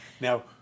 Now